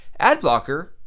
Adblocker